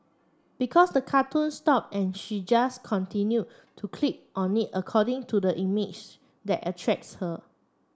because the cartoon stop and she just continue to click on it according to the that attracts her